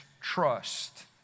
trust